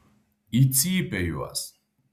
į cypę juos